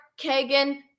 Kagan